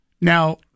Now